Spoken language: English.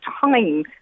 time